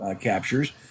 captures